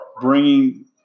bringing